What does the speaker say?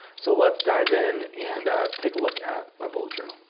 so let's dive in and take a look at my bullet journal.